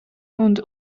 und